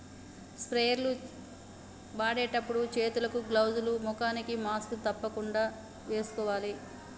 sprayer లు వాడేటప్పుడు చేతులకు గ్లౌజ్ లు, ముఖానికి మాస్క్ తప్పకుండా వేసుకోవాలి